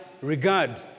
regard